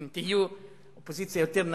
אם תהיו אופוזיציה יותר נשכנית,